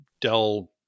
Dell